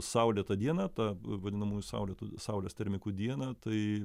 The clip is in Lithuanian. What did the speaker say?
saulėtą dieną ta vadinamųjų saulėtų saulės termikų dieną tai